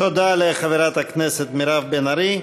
תודה לחברת הכנסת מירב בן ארי.